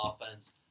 offense